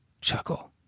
chuckle